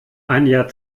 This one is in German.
einiger